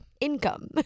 income